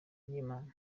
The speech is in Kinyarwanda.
ry’imana